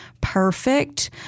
perfect